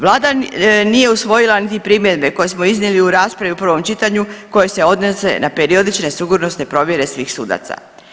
Vlada nije usvojila niti primjedbe koje smo iznijeli u raspravi u prvom čitanju koje se odnose na periodične sigurnosne provjere svih sudaca.